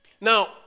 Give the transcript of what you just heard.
Now